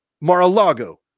mar-a-lago